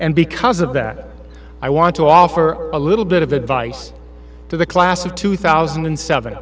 and because of that i want to offer a little bit of advice to the class of two thousand and seven